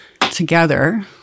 together